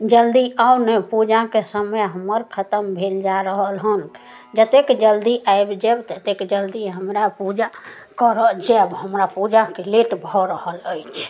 जल्दी आउ ने पूजाके समय हमर खत्म भेल जा रहल हन जतेक जल्दी आबि जायब ततेक जल्दी हमरा पूजा करऽ जायब हमरा पूजाके लेट भऽ रहल अछि